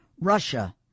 Russia